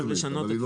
דרך